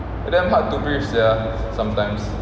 damn hard to breathe sia sometimes